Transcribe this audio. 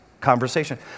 conversation